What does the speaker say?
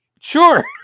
sure